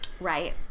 right